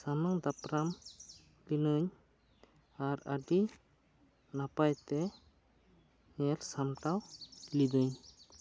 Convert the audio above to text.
ᱥᱟᱢᱟᱝ ᱫᱟᱯᱨᱟᱢ ᱮᱱᱟᱹᱧ ᱟᱨ ᱟᱹᱰᱤ ᱱᱟᱯᱟᱭ ᱛᱮ ᱧᱮᱞ ᱥᱟᱢᱴᱟᱣ ᱞᱮᱫᱟᱹᱧ